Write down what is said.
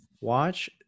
Watch